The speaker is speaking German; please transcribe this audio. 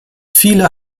viele